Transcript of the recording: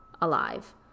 alive